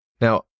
Now